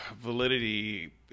validity